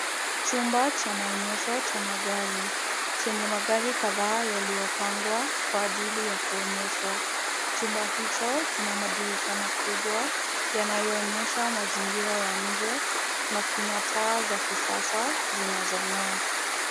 Chumba cha maonyesho cha magari chenye magari kadhaa yaliyopangwa kwa ajili ya kuonyeshwa. Chumba hicho kina madirisha makubwa yanayoonyesha mazingira ya nje, na kina taa za kisasa zinazong'aa.